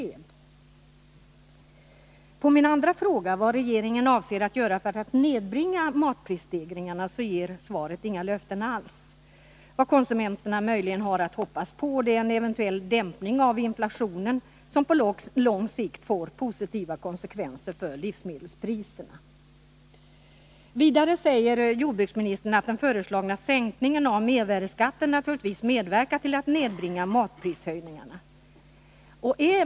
När det gäller min andra fråga, vad regeringen avser att göra för att nedbringa matprisstegringarna, ger svaret inga löften alls. Vad konsumenterna möjligen har att hoppas på är en eventuell dämpning av inflationen, som på lång sikt får positiva konsekvenser för livsmedelspriserna. Vidare säger jordbruksministern att den föreslagna sänkningen av mervärdeskatten naturligtvis medverkar till att nedbringa matprishöjningarna.